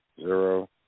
zero